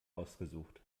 ausgesucht